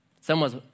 someone's